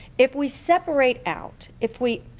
if we separate out if we